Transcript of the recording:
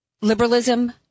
liberalism